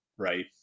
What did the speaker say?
right